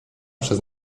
przez